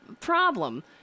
problem